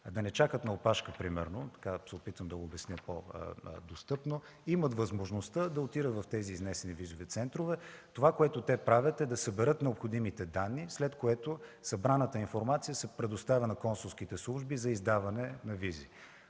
да не чакат на опашка примерно – опитвам се да го обясня по-достъпно, имат възможността да отидат в тези изнесени визови центрове. Това, което те правят, е да съберат необходимите данни, след което събраната информация се предоставя на консулските служби за издаване на визи.